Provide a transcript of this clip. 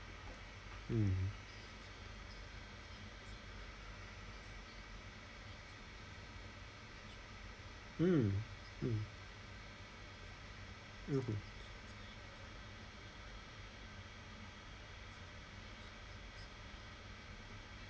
mm mm mm mm